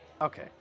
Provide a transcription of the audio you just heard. Okay